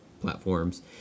platforms